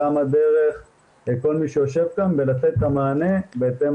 גם הדרך וכל מי שיושב כאן בלתת את המענה בהתאם